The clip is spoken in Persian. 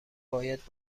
باید